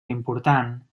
important